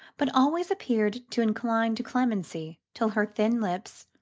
but always appeared to incline to clemency till her thin lips,